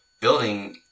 building